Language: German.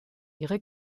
ihre